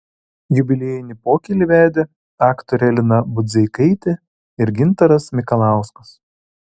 jubiliejinį pokylį vedė aktorė lina budzeikaitė ir gintaras mikalauskas